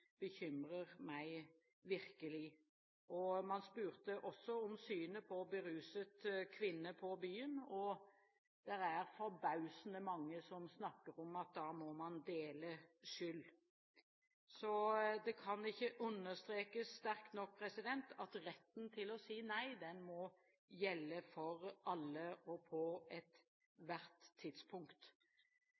bekymrer meg virkelig. Man spurte også om synet på beruset kvinne på byen – og det er forbausende mange som snakker om at man da må dele skyld. Så det kan ikke understrekes sterkt nok at retten til å si nei må gjelde for alle og på ethvert tidspunkt.